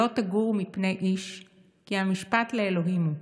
לא תגורו מפני איש כי המשפט לאלֹהים הוא,